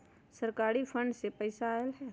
सरकारी फंड से पईसा आयल ह?